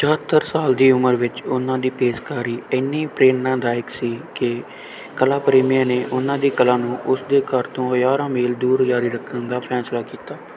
ਚੁਹੱਤਰ ਸਾਲ ਦੀ ਉਮਰ ਵਿੱਚ ਉਨ੍ਹਾਂ ਦੀ ਪੇਸ਼ਕਾਰੀ ਇੰਨੀ ਪ੍ਰੇਰਣਾਦਾਇਕ ਸੀ ਕਿ ਕਲਾ ਪ੍ਰੇਮੀਆਂ ਨੇ ਉਨ੍ਹਾਂ ਦੀ ਕਲਾ ਨੂੰ ਉਸ ਦੇ ਘਰ ਤੋਂ ਹਜ਼ਾਰਾਂ ਮੀਲ ਦੂਰ ਜਾਰੀ ਰੱਖਣ ਦਾ ਫੈਸਲਾ ਕੀਤਾ